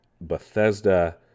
Bethesda